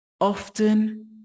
Often